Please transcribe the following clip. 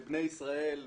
ובני ישראל,